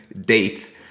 dates